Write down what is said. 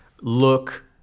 look